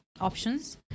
options